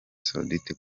saudite